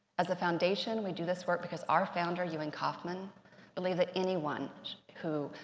as a foundation, we do this work because our founder, ewing kauffman believed that anyone who,